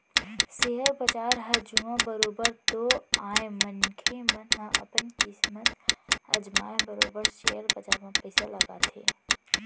share बजार ह जुआ बरोबर तो आय मनखे मन ह अपन किस्मत अजमाय बरोबर सेयर बजार म पइसा लगाथे